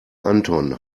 anton